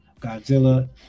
Godzilla